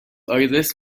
آیرس